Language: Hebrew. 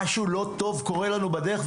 משהו לא טוב קורה לנו בדרך,